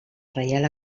reial